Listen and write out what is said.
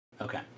Okay